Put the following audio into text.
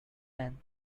then